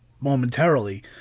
momentarily